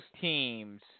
teams